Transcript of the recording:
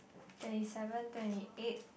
twenty seven twenty eight